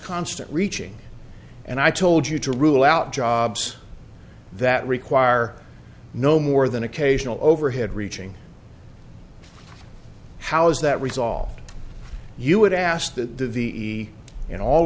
constant reaching and i told you to rule out jobs that require no more than occasional overhead reaching how is that resolved you would ask that the in all